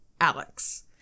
Alex